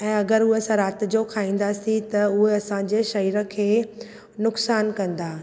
ऐं अगरि असां उहे रात जो खाइंदासीं त उहे असां जे शरीर खे नुक़सान कंदा